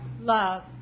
love